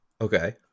okay